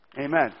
Amen